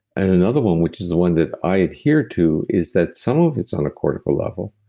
and another one which is the one that i adhere to, is that some of it's on a cortical level,